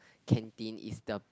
canteen is the